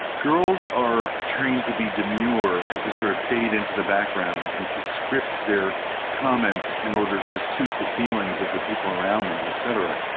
girls are trained to be demure and to sort of fade into the background and to script their comments in order to suit the feelings of the people around them et cetera,